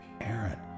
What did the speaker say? Aaron